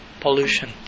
pollution